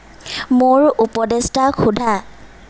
মোৰ উপদেষ্টাক সোধা